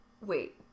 Wait